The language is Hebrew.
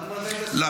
עד מתי --- מחבלים?